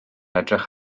edrych